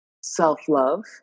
self-love